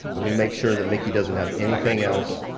let me make sure that miki doesn't have anything else.